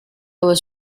was